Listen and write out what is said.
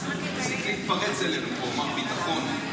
תפסיק להתפרץ עלינו פה, מר ביטחון.